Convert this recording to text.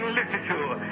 literature